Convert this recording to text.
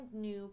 new